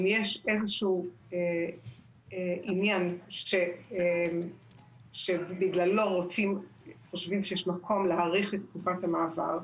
אם יש איזשהו עניין שבגללו חושבים שיש מקום להאריך את תקופת המעבר,